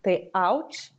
tai auč